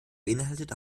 beinhaltet